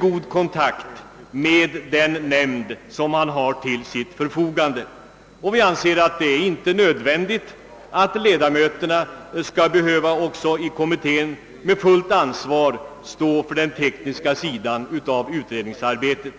god kontakt med den nämnd som han har till sitt förfogande. Vi anser att det inte är nödvändigt att ledamöterna i kommittén också skall behöva med fullt ansvar stå för den tekniska sidan av utredningsarbetet.